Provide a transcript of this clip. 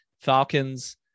Falcons